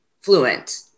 fluent